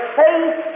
faith